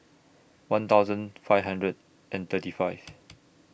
one thousand five hundred and thirty five